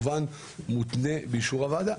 מותנה באישור הוועדה,